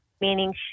meaning